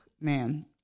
Man